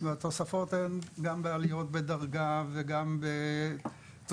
והתוספות הן גם בעליות שונות בדרגה וגם בתוספת